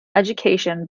education